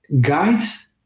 guides